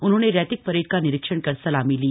उन्होंने रैतिक परेड का निरीक्षण कर सलामी ली